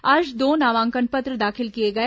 आज दो नामांकन पत्र दाखिल किए गए